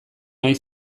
nahi